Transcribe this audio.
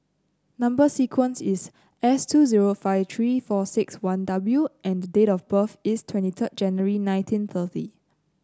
number sequence is S two zero five three four six one W and date of birth is twenty third January nineteen thirty